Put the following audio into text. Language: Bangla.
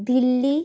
দিল্লি